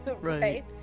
right